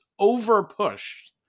overpushed